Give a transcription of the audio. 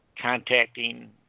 contacting